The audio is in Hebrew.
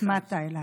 שהצמדת אליי.